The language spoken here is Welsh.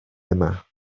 yma